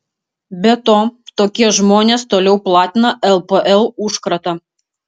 be to tokie žmonės toliau platina lpl užkratą